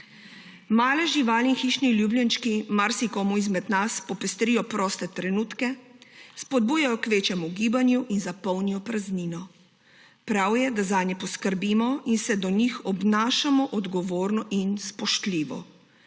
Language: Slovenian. Male živali in hišni ljubljenčki marsikomu izmed nas popestrijo proste trenutke, spodbujajo k večjemu gibanju in zapolnijo praznino. Prav je, da zanje poskrbimo in se do njih obnašamo odgovorno in spoštljivo.